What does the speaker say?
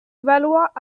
valois